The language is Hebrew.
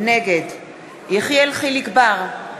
נגד יחיאל חיליק בר,